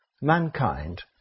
mankind